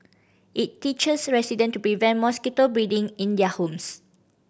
it teaches resident to prevent mosquito breeding in their homes